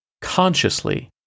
consciously